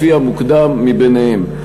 לפי המוקדם מביניהם.